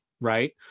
right